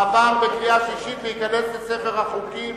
עבר בקריאה שלישית וייכנס לספר החוקים.